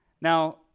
Now